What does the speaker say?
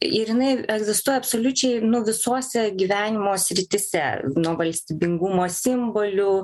ir jinai egzistuoja absoliučiai nu visuose gyvenimo srityse nuo valstybingumo simbolių